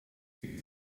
because